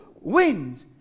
wind